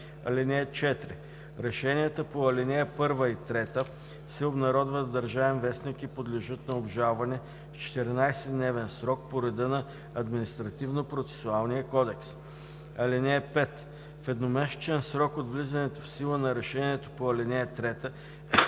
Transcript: (4) Решенията по ал. 1 и 3 се обнародват в „Държавен вестник“ и подлежат на обжалване в 14-дневен срок по реда на Административнопроцесуалния кодекс. (5) В едномесечен срок от влизане в сила на решението по ал. 3